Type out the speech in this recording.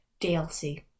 DLC